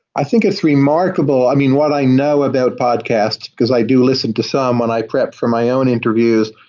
i think is remarkable. i mean, what i know about podcasts, because i do listen to some when i prep for my own interviews,